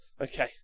okay